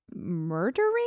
murdering